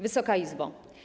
Wysoka Izbo!